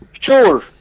Sure